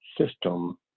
system